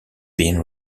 been